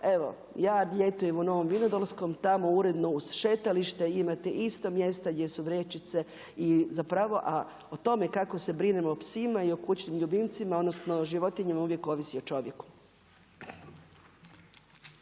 evo, ja ljetujem u Novom Vinodolskom, tamo uredno uz šetalište imate isto mjesta gdje su vrećice. I zapravo a o tome kako se brinemo o psima i o kućnim ljubimcima, odnosno životinjama uvijek ovisi o čovjeku.